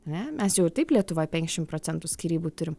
ane mes jau ir taip lietuvoj penkiasdešim procentų skyrybų turim